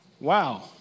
Wow